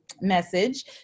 message